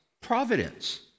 providence